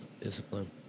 Discipline